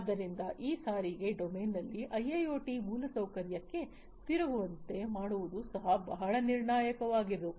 ಆದ್ದರಿಂದ ಈ ಸಾರಿಗೆ ಡೊಮೇನ್ನಲ್ಲಿ ಐಐಓಟಿ ಮೂಲಸೌಕರ್ಯಕ್ಕೆ ತಿರುಗುವಂತೆ ಮಾಡುವುದು ಸಹ ಬಹಳ ನಿರ್ಣಾಯಕವಾಗಿದೆ